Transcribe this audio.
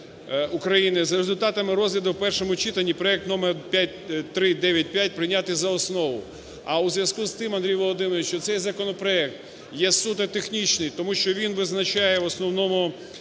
України за результатами розгляду в першому читанні проект номер 5395 прийняти за основу. А у зв'язку з тим, Андрій Володимирович, цей законопроект є суто технічний, тому що він визначає в основному